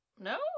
No